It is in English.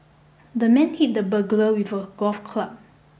the man hit the burglar with a golf club